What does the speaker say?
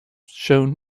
shown